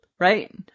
Right